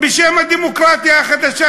בשם הדמוקרטיה החדשה,